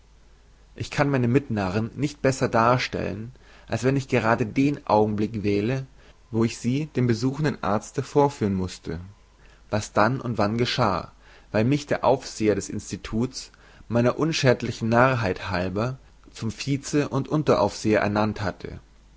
ich kann meine mitnarren nicht besser darstellen als wenn ich gerade den augenblick wähle wo ich sie dem besuchenden arzte vorführen mußte was dann und wann geschah weil mich der aufseher des instituts meiner unschädlichen narrheit halber zum vize und unteraufseher ernannt hatte